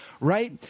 right